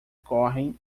correm